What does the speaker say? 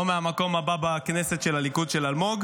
מהמקום הבא בכנסת של הליכוד של אלמוג,